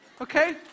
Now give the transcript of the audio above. Okay